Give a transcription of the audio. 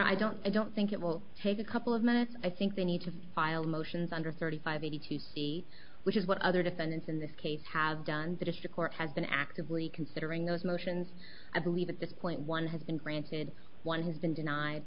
i don't i don't think it will take a couple of minutes i think they need to file motions under thirty five eighty to see which is what other defendants in this case have done the district court has been actively considering those motions i believe at this point one has been granted one has been denied